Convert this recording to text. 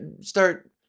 start